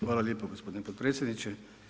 Hvala lijepo gospodine potpredsjedniče.